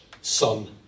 son